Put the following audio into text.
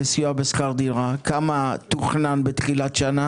לסגור אותה כמו שסגרנו את רשות השידור